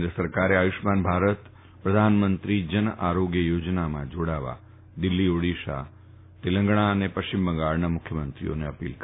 કેન્દ્ર સરકારે આયુષ્યમાન ભારત પ્રધાનમંત્રી જન આરોગ્ય યોજનામાં જાડાવા દિલ્ફી ઓડીશા તેલંગણા અને પશ્ચિમ બંગાળના મુખ્યમંત્રીઓને અપીલ કરી છે